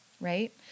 right